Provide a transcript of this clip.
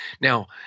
Now